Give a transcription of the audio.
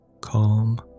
Calm